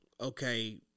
okay